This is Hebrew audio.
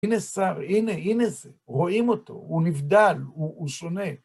הנה זה, רואים אותו, הוא נבדל, הוא שונה.